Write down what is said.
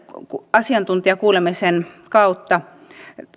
asiantuntijakuulemisen kautta